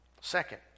Second